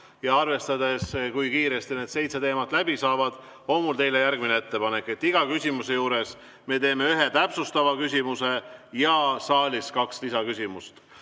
ja arvestades, kui kiiresti need seitse teemat läbi saavad, on mul teile järgmine ettepanek: iga küsimuse juures on üks täpsustav küsimus ja saalist saab esitada kaks lisaküsimust.